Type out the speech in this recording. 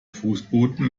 fußboden